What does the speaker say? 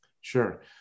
Sure